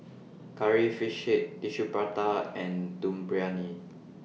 Curry Fish Head Tissue Prata and Dum Briyani